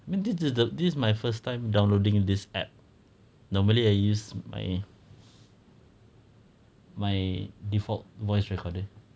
I mean this is this is my first time downloading this app normally I use my my default voice recorder